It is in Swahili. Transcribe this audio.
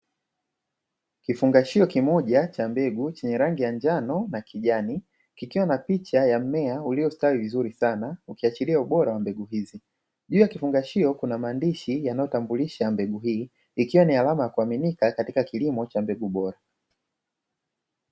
Kifungashio kimoja cha mbegu chenye rangi ya njano na kijani, kikiwa na picha ya mimea ulio ustawi vizuri sana ukiachilia ubora wa mbegu hii. Juu ya kifungashio kuna maandishi yanayo itambulisha mbegu hii ikiwa ni Salama ya kuaminikankatika kilimo cha mbegu bora.